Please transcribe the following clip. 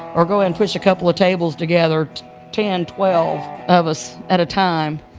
or go and push a couple of tables together ten, twelve of us at a time.